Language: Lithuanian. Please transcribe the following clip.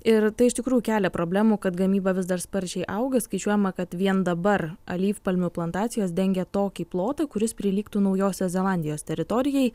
ir tai iš tikrųjų kelia problemų kad gamyba vis dar sparčiai auga skaičiuojama kad vien dabar alyvpalmių plantacijos dengia tokį plotą kuris prilygtų naujosios zelandijos teritorijai